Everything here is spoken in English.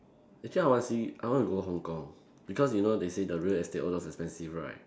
actually I want to see I want to go Hong-Kong because you know they say the real estate all those expensive right